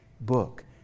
book